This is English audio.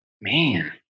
Man